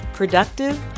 productive